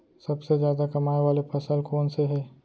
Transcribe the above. सबसे जादा कमाए वाले फसल कोन से हे?